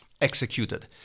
executed